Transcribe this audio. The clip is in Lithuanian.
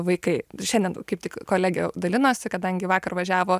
vaikai šiandien kaip tik kolegė dalinosi kadangi vakar važiavo